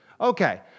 Okay